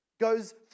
goes